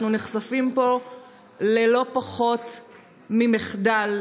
אנחנו נחשפים פה ללא פחות ממחדל.